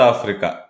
Africa